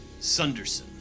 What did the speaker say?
Sunderson